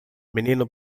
menino